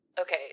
okay